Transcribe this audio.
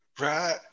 right